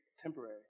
temporary